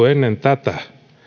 ennen tätä